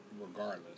Regardless